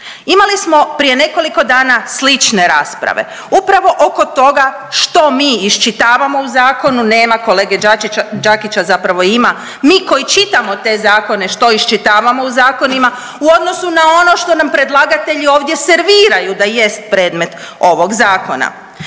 Imali smo prije nekoliko dana slične rasprave upravo oko toga što mi iščitavamo u zakonu, nema kolega Đakića, zapravo ima, mi koji čitamo te zakone što iščitavamo u zakonima u odnosu na ono što nam predlagatelji ovdje serviraju da jest predmet ovog zakona.